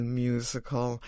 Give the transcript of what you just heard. musical